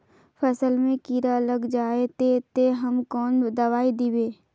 फसल में कीड़ा लग जाए ते, ते हम कौन दबाई दबे?